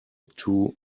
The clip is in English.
two